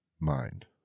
mind